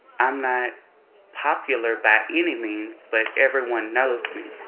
i'm not popular by any means, but everyone knows me.